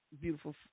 beautiful